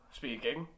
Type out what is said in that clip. speaking